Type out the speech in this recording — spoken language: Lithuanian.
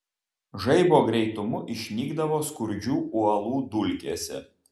žaibo greitumu išnykdavo skurdžių uolų dulkėse